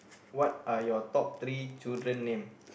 what are your top three children name